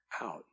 out